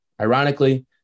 ironically